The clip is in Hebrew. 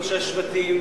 ראשי השבטים,